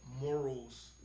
morals